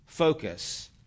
focus